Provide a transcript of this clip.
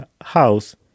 house